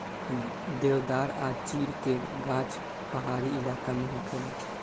देवदार आ चीड़ के गाछ पहाड़ी इलाका में होखेला